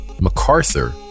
MacArthur